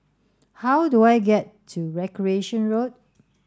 how do I get to Recreation Road